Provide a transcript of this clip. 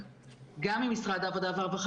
כל המטפלים אצלנו,